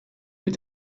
with